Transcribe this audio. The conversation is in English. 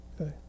Okay